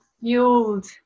fueled